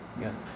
Yes